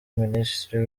minisitiri